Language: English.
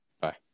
Bye